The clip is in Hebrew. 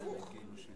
צריך להיות הפוך.